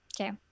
Okay